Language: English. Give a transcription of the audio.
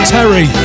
Terry